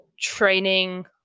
training